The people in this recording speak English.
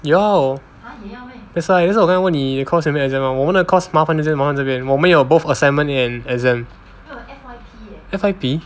要 that's why that's why 我刚刚问你 course 有没有 exam mah 我们的 course 麻烦就是在这边我们有 both assignment and exam F_Y_P